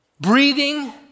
breathing